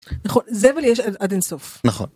נכון, זבל יש עד אין סוף. נכון.